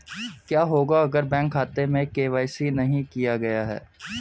क्या होगा अगर बैंक खाते में के.वाई.सी नहीं किया गया है?